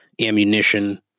ammunition